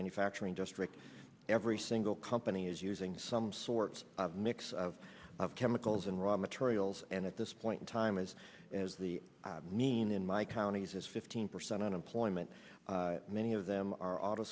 manufacturing district every single company is using some sort of mix of chemicals and raw materials and at this point in time is the i mean in my counties is fifteen percent unemployment many of them are auto